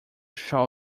shall